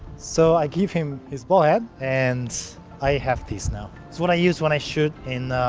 so i give him his ball head and i have this now. it's what i use when i shoot in